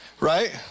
Right